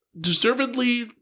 deservedly